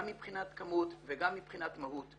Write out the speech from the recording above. גם מבחינת כמות וגם מבחינת מהות.